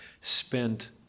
spent